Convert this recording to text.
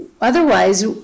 Otherwise